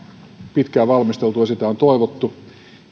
pitkään valmisteltu ja sitä on toivottu